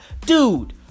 dude